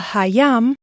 Hayam